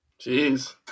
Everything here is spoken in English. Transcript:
Jeez